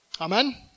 Amen